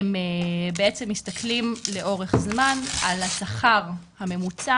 הם בעצם מסתכלים לאורך זמן על השכר הממוצע